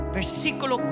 versículo